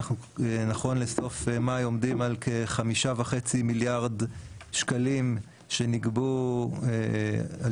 נכון לסוף מאי אנחנו עומדים על כ-5.5 מיליארד שקלים שנגבו על